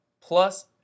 plus